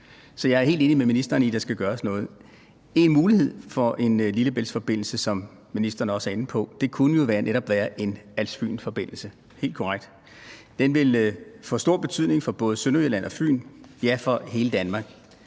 Så jeg er helt enig med ministeren i, at der skal gøres noget. En mulighed for en Lillebæltsforbindelse, som ministeren også er inde på, kunne jo netop være en Als-Fyn-forbindelse; det er helt korrekt. Den vil få stor betydning for både Sønderjylland og Fyn – ja, for hele Danmark.